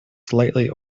slightly